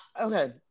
okay